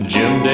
Jim